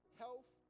health